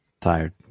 tired